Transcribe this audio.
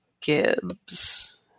Gibbs